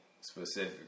specific